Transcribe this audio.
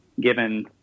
given